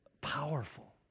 powerful